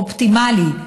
אופטימלי,